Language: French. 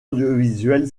audiovisuel